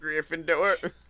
Gryffindor